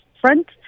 front